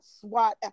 SWAT